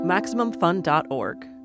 MaximumFun.org